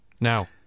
Now